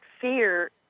fear